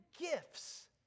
gifts